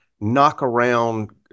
knock-around